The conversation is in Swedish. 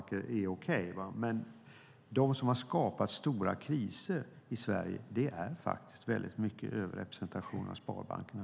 Men när det gäller dem som har skapat stora kriser i Sverige är det faktiskt en väldig överrepresentation av sparbankerna.